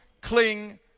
cling